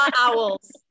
owls